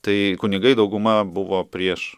tai kunigai dauguma buvo prieš